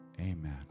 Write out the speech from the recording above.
Amen